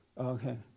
Okay